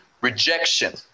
rejection